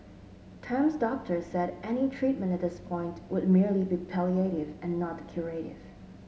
Tam's doctor said any treatment at this point would merely be palliative and not curative